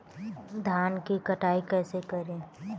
धान की कटाई कैसे करें?